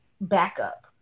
backup